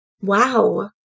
Wow